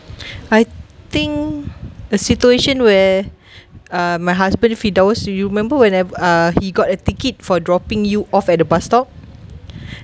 I think a situation where uh my husband fidaus you remember when I uh he got a ticket for dropping you off at the bus stop